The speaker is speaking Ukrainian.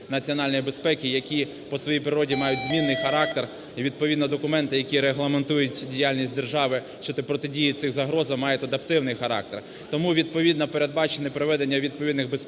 національній безпеці, які по своїй природі мають змінний характер. І відповідно документи, які регламентують діяльність держави щодо протидії цим загрозам, мають адаптивний характер. Тому відповідно передбачено проведення відповідних безпекових